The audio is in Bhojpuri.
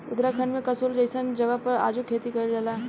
उत्तराखंड में कसोल जइसन जगह पर आजो खेती कइल जाला